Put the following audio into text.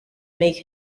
make